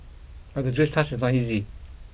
but the jury's task is not easy